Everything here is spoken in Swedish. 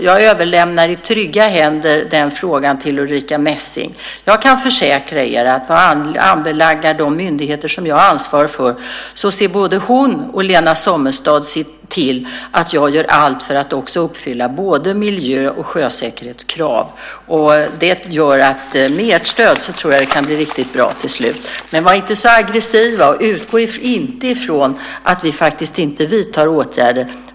Jag överlämnar i trygga händer den frågan till Ulrica Messing. Jag kan försäkra er att vad anbelangar de myndigheter som jag ansvarar för ser både hon och Lena Sommestad till att jag gör allt för att också uppfylla miljö och sjösäkerhetskrav. Med ert stöd tror jag att det kan bli riktigt bra till slut. Var inte så aggressiva, och utgå inte från att vi inte vidtar åtgärder.